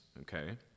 okay